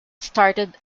started